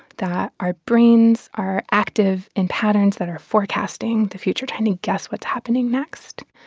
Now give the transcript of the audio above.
that our brains are active in patterns that are forecasting the future, trying to guess what's happening next.